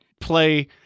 play